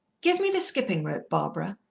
give me the skipping-rope, barbara.